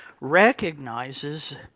recognizes